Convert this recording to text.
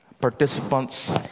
participants